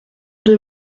deux